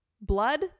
blood